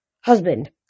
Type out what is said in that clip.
Husband